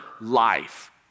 life